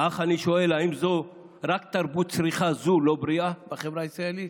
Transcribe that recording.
אך אני שואל: האם רק תרבות צריכה זו לא בריאה בחברה הישראלית?